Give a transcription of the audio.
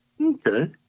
okay